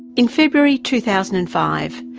in february two thousand and five,